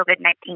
COVID-19